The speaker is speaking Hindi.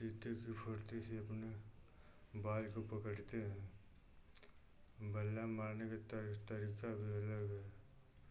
चीते की फुर्ती से अपनी बाल को पकड़ते हैं बल्ला मारने का तरी तरीका भी अलग है